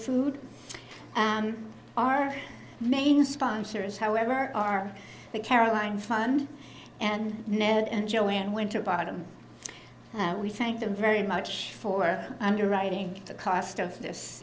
food and our main sponsors however are the caroline fund and ned and joanne winterbottom we thank them very much for underwriting the cost of this